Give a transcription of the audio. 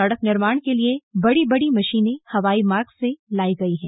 सड़क निर्माण के लिए बड़ी बड़ी मशीनें हवाई मार्ग से लायी गयी है